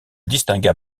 distingua